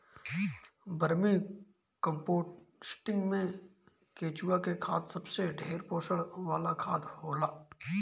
vermi composting में केचुआ के खाद सबसे ढेर पोषण वाला खाद होला